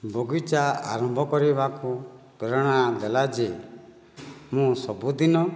ବଗିଚା ଆରମ୍ଭ କରିବାକୁ ପ୍ରେରଣା ଦେଲା ଯେ ମୁଁ ସବୁଦିନ